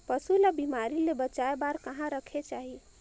पशु ला बिमारी ले बचाय बार कहा रखे चाही?